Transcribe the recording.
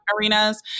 arenas